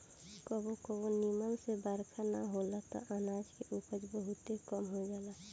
कबो कबो निमन से बरखा ना होला त अनाज के उपज बहुते कम हो जाला